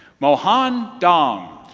mohan dong